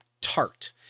tart